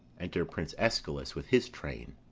enter prince escalus, with his train.